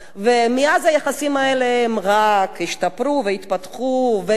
מאז היחסים האלה רק השתפרו והתפתחו והתקרבו.